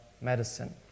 medicine